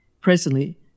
presently